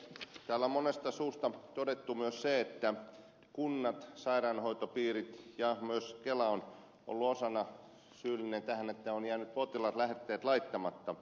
täällä on monesta suusta todettu myös se että kunnat sairaanhoitopiirit ja myös kela ovat olleet osaltaan syyllisiä tähän että ovat jääneet potilaiden lähetteet laittamatta